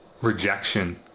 rejection